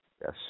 Yes